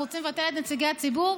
ואנחנו רוצים לבטל את נציגי הציבור,